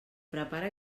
prepara